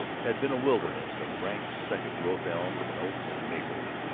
had been a wilderness of rank second-growth elms and oaks and maples.